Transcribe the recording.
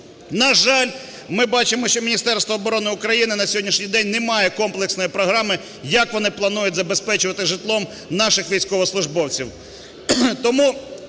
На жаль, ми бачимо, що Міністерство оборони України на сьогоднішній день не має комплексної програми, як вони планують забезпечувати житлом наших військовослужбовців.